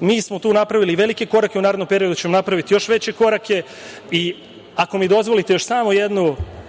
Mi smo tu napravili velike korake. U narednom periodu ćemo napraviti još veće korake. Ako mi dozvolite, uz izvinjenje